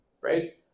right